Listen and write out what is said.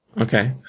Okay